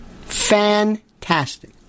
Fantastic